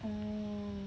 mm